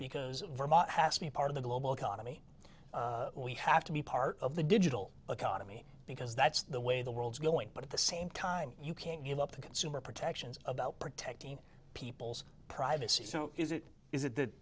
because vermont has to be a part of the global economy we have to be part of the digital economy because that's the way the world's going but at the same time you can't give up the consumer protections about protecting people's privacy so is it is it that